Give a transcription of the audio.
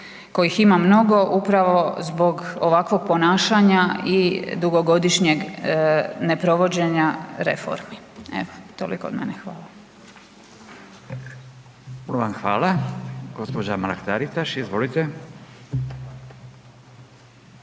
kojih ima mnogo upravo zbog ovakvog ponašanja i dugogodišnjeg ne provođenja reformi. Evo, toliko od mene, hvala. **Radin, Furio (Nezavisni)** Puno fala.